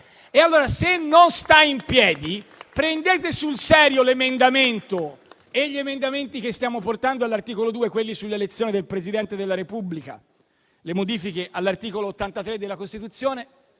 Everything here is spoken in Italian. se non sta in piedi, prendete sul serio l'emendamento e gli emendamenti che stiamo portando all'articolo 2, quelli sull'elezione del Presidente della Repubblica, e le modifiche all'articolo 83 della Costituzione.